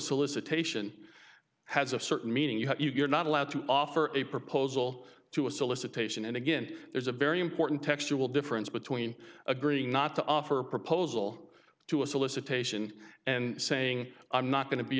solicitation has a certain meaning you're not allowed to offer a proposal to a solicitation and again there's a very important textual difference between agreeing not to offer a proposal to a solicitation and saying i'm not going to be